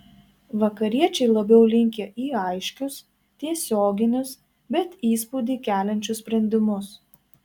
vakariečiai labiau linkę į aiškius tiesioginius bet įspūdį keliančius sprendimus